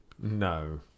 No